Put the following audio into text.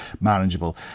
manageable